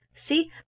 See